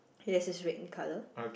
yes that's red in colour